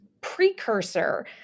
precursor